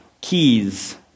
keys